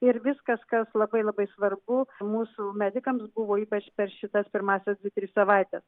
ir viskas kas labai labai svarbu mūsų medikams buvo ypač per šitas pirmąsias dvi tris savaites